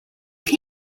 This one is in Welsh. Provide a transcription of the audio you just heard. eich